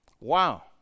Wow